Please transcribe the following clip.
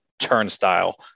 turnstile